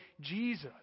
Jesus